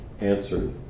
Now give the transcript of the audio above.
answered